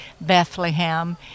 Bethlehem